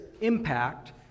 impact